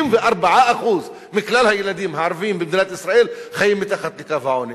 64% מכלל הילדים הערבים במדינת ישראל חיים מתחת לקו העוני.